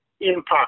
impact